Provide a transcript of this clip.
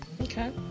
Okay